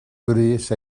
brys